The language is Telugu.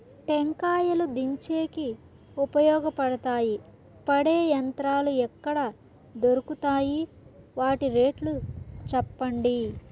టెంకాయలు దించేకి ఉపయోగపడతాయి పడే యంత్రాలు ఎక్కడ దొరుకుతాయి? వాటి రేట్లు చెప్పండి?